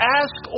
ask